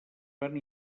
van